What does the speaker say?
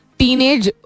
teenage